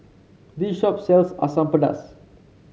this shop sells Asam Pedas